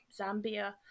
Zambia